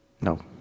No